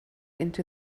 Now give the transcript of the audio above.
into